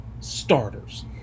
starters